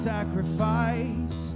sacrifice